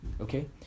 Okay